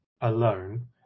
alone